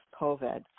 COVID